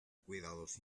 cuidados